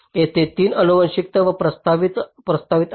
येथे 3 आनुवंशिकता प्रस्तावित आहेत